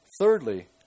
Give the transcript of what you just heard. Thirdly